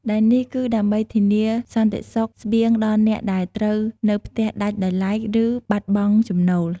ដែលនេះគឺដើម្បីធានាសន្តិសុខស្បៀងដល់អ្នកដែលត្រូវនៅផ្ទះដាច់ដោយឡែក ឬបាត់បង់ចំណូល។